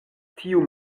tiu